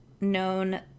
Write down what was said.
known